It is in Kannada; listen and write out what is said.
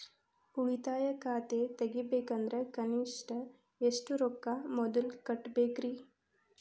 ಉಳಿತಾಯ ಖಾತೆ ತೆಗಿಬೇಕಂದ್ರ ಕನಿಷ್ಟ ಎಷ್ಟು ರೊಕ್ಕ ಮೊದಲ ಕಟ್ಟಬೇಕ್ರಿ?